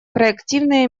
проактивные